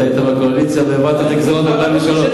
אתה היית בקואליציה והעברת גזירות ב-2003.